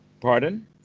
Pardon